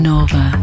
Nova